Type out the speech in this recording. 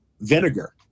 vinegar